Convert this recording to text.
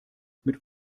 mit